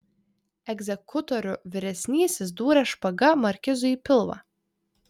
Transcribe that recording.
egzekutorių vyresnysis dūrė špaga markizui į pilvą